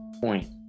point